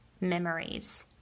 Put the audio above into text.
memories